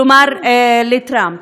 כלומר לטראמפ,